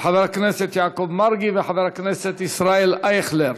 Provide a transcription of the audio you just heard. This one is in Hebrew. של חבר הכנסת יעקב מרגי וחבר הכנסת ישראל אייכלר.